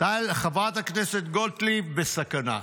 חברת הכנסת גוטליב בסכנה.